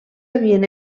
havien